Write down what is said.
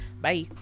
bye